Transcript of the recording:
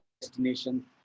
Destination